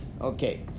Okay